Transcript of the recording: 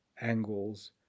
angles